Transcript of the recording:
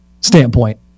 standpoint